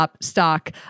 stock